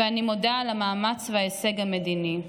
ואני מודה על המאמץ וההישג המדיני.